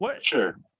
Sure